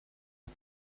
lot